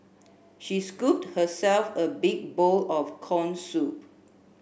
she scooped herself a big bowl of corn soup